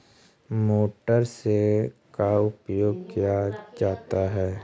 Motor से का उपयोग क्या जाता है?